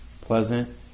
Pleasant